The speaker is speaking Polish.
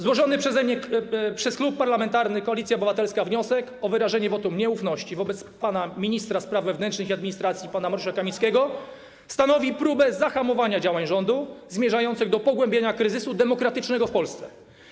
Złożony przeze mnie, przez Klub Parlamentarny Koalicja Obywatelska wniosek o wyrażenie wotum nieufności wobec ministra spraw wewnętrznych i administracji pana Mariusza Kamińskiego stanowi próbę zahamowania działań rządu zmierzających do pogłębienia kryzysu demokratycznego w Polsce.